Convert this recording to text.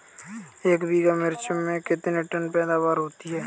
एक बीघा मिर्च में कितने टन पैदावार होती है?